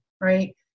right